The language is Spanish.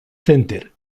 center